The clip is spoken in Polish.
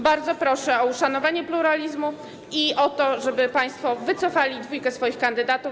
Bardzo proszę o uszanowanie pluralizmu i o to, żeby państwo wycofali dwójkę swoich kandydatów.